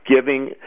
giving